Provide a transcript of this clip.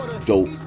Dope